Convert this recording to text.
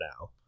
now